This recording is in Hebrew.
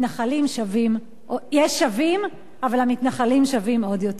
שווים, אבל המתנחלים שווים עוד יותר.